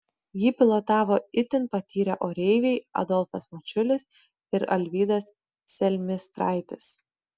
jį pilotavo itin patyrę oreiviai adolfas mačiulis ir alvydas selmistraitis